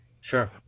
Sure